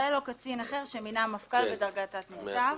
קצין אחר שמינה המפכ"ל בדרגת תת ניצב".